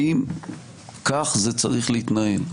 האם כך זה צריך להתנהל?